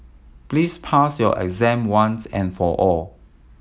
please pass your exam once and for all